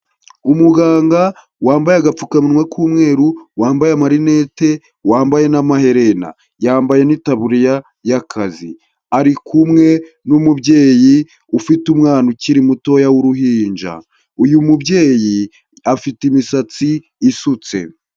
Umuganga wambaye agapfukanwa k'umweru, wambaye marinete, wambaye n'amaherena. Yambaye n'itaburiya y'akazi, ari kumwe n'umubyeyi ufite umwana ukiri mutoya w'uruhinja, uyu mubyeyi afite imisatsi isutse.